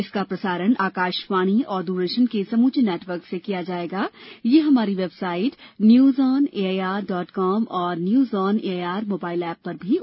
इसका प्रसारण आकाशवाणी और द्रदर्शन के समूचे नेटवर्क से किया जाएगा तथा यह हमारी website news on AIR dot com और news on AIR mobile app पर भी उपलब्ध होगा